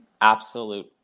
absolute